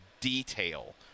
detail